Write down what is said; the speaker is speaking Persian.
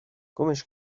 گمش